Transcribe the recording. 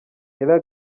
ella